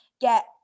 get